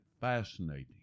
fascinating